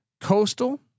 Coastal